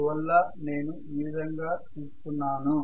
అందువల్ల నేను ఈ విధంగా తీసుకున్నాను